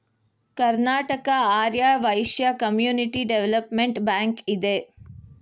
Karnataka Arya Vaishya community development bank ಇದೆ